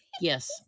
yes